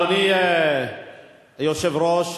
אדוני היושב-ראש,